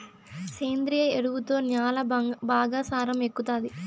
సేంద్రియ ఎరువుతో న్యాల బాగా సారం ఎక్కుతాది